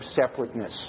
separateness